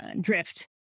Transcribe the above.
drift